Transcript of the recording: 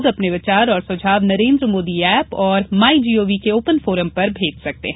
लोग अपने विचार और सुझाव नरेन्द्र मोदी ऐप तथा माई जीओवी के ओपन फोरम पर भेज सकते हैं